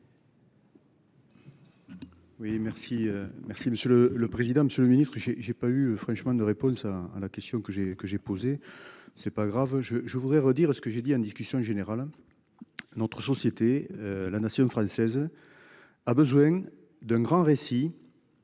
Oui merci. Merci Monsieur le le président, Monsieur le Ministre, que j'ai j'ai pas eu franchement de réponse à à la question que j'ai, que j'ai posée c'est pas grave je je voudrais redire ce que j'ai dit en discussion générale. Notre société la nation française. A besoin d'un grand récit.